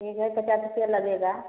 ठीक है पचास रुपया लगेगा